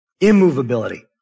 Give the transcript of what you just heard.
Immovability